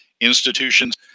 institutions